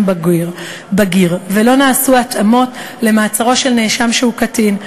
בגיר ולא נעשו התאמות למעצרו של נאשם שהוא קטין.